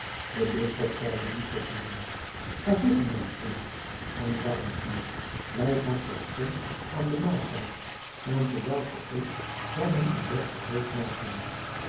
de bisschop zeide nu tot den man ga zitten mijn vriend en warm u wij gaan terstond aan den maaltijd en terwijl ge eet zal men uw bed gereed maken